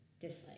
Dislike